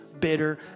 bitter